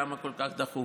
למה כל כך דחוף.